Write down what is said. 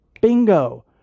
Bingo